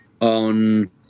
on